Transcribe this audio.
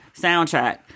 soundtrack